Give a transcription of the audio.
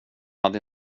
hade